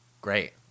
Great